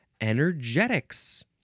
energetics